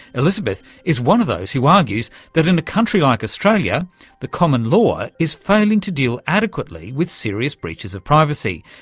elizabeth is one of those who argues that in a country like australia the common law is failing to deal adequately with serious breaches of privacy,